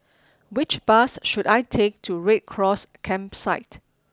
which bus should I take to Red Cross Campsite